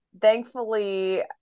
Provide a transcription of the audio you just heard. Thankfully